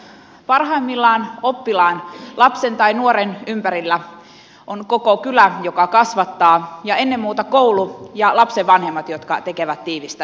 parhaimmillaan oppilaan lapsen tai nuoren ympärillä on koko kylä joka kasvattaa ja ennen muuta koulu ja lapsen vanhemmat jotka tekevät tiivistä yhteistyötä